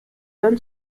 donne